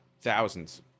thousands